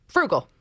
Frugal